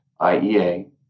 IEA